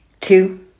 Two